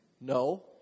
No